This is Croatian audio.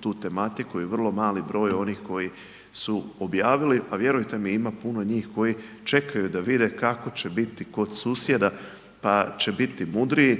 tu tematiku i vrlo mali broj je onih koji su objavili, a vjerujte mi ima puno njih koji čekaju da vide kako će biti kod susjeda pa će biti mudriji